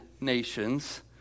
nations